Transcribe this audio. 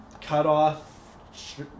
cut-off